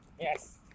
Yes